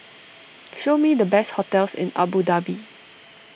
show me the best hotels in Abu Dhabi